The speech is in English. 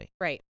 Right